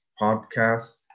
podcast